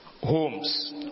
homes